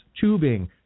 tubing